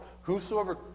Whosoever